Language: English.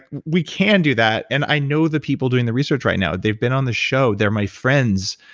we can do that, and i know the people doing the research right now. they've been on the show. they're my friends.